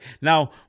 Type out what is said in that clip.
Now